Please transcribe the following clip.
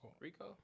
Rico